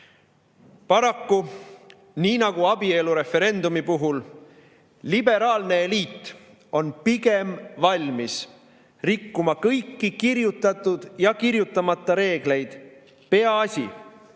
Paraku, nii nagu oli ka abielureferendumi puhul, liberaalne eliit on pigem valmis rikkuma kõiki kirjutatud ja kirjutamata reegleid, peaasi,